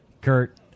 kurt